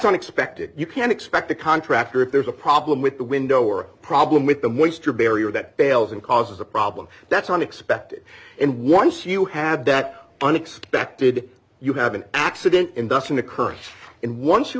unexpected you can expect a contractor if there's a problem with the window or problem with them waste or barrier that fails and causes a problem that's unexpected and once you have that unexpected you have an accident induction occurring in once you